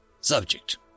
Subject